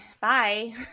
bye